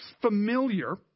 familiar